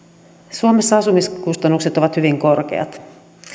suomessa asumiskustannukset ovat hyvin korkeat